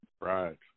Right